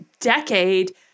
decade